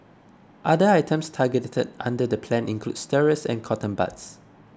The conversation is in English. other items targeted under the plan include stirrers and cotton buds